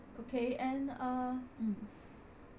okay and uh mm